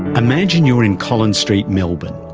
imagine you're in collins street melbourne,